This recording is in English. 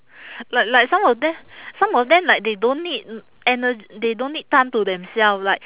like like some of them some of them like they don't need ener~ they don't need time to themselves like